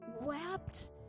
wept